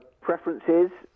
Preferences